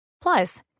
Plus